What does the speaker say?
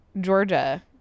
Georgia